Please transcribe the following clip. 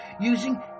using